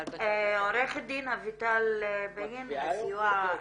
עורכת דין אביטל בגין, מהסיוע המשפטי,